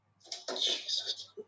Jesus